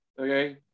okay